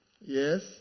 Yes